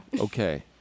okay